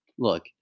Look